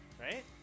Right